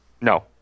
No